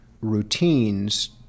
routines